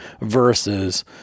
versus